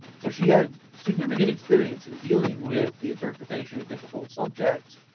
so she had significant experience in dealing with the interpretation of difficult subjects,